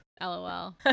LOL